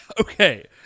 Okay